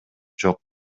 жок